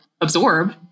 absorb